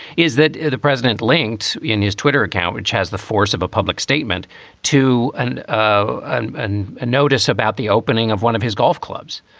is that the president linked in his twitter account, which has the force of a public statement to. and and and a notice about the opening of one of his golf clubs.